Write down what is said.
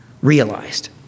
realized